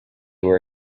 were